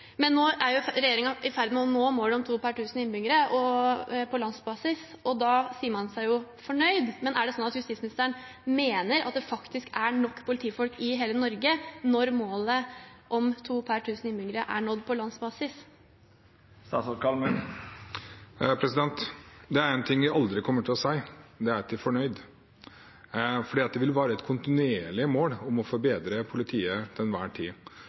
Men nå er regjeringen i ferd med å nå målet om to per tusen innbyggere på landsbasis, og da sier man seg fornøyd. Er det slik at justisministeren mener at det faktisk er nok politifolk i hele Norge når målet om to per tusen innbyggere er nådd på landsbasis? Det er én ting jeg aldri kommer til å si, og det er at jeg er fornøyd, for det vil være et kontinuerlig mål til enhver tid å forbedre politiet.